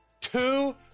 Two